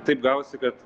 taip gavosi kad